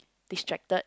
distracted